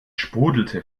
sprudelte